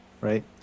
Right